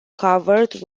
covered